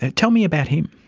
and tell me about him.